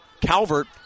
Calvert